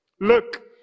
Look